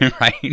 Right